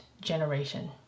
generation